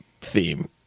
theme